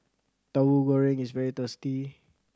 Tauhu Goreng is very tasty